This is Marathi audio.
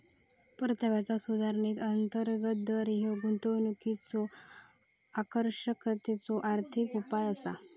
परताव्याचा सुधारित अंतर्गत दर ह्या गुंतवणुकीच्यो आकर्षकतेचो आर्थिक उपाय असा